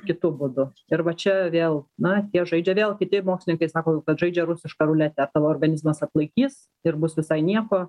kitu būdu ir va čia vėl na tie žaidžia vėl kiti mokslininkai sako jau kad žaidžia rusišką ruletę ar tavo organizmas atlaikys ir bus visai nieko